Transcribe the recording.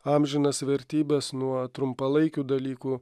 amžinas vertybes nuo trumpalaikių dalykų